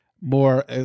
more